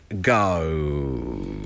go